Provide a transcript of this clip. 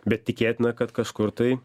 bet tikėtina kad kažkur tai